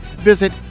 Visit